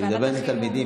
כשהיא מדברת על תלמידים,